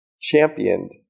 championed